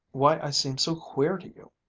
why i seem so queer to you,